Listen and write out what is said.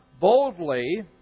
Boldly